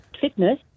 fitness